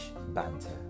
banter